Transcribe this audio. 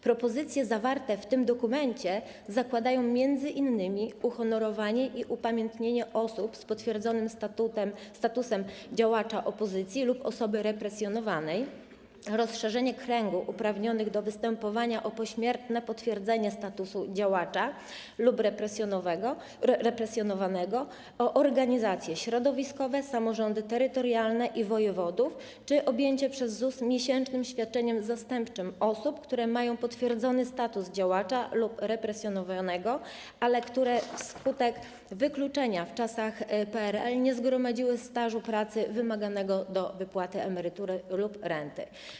Propozycje zawarte w tym dokumencie zakładają m.in. uhonorowanie i upamiętnienie osób z potwierdzonym statusem działacza opozycji lub osoby represjonowanej, rozszerzenie kręgu uprawnionych do występowania o pośmiertne potwierdzenie statusu działacza represjonowanego o organizacje środowiskowe, samorządy terytorialne i wojewodów czy objęcie przez ZUS miesięcznym świadczeniem zastępczym osób, które mają potwierdzony status działacza lub represjonowanego, ale które wskutek wykluczenia w czasach PRL nie zgromadziły stażu pracy wymaganego do wypłaty emerytury lub renty.